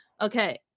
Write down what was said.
Okay